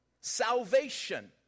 salvation